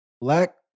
black